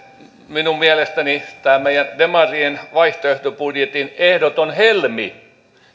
minun mielestäni tämän meidän demarien vaihtoehtobudjetin ehdoton helmi